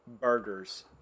burgers